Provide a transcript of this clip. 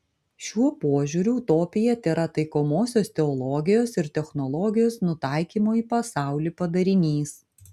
šiuo požiūriu utopija tėra taikomosios teologijos ir technologijos nutaikymo į pasaulį padarinys